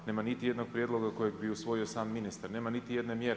Nema niti jednog prijedloga kojeg bi usvojio sam ministar, nema niti jedne mjere.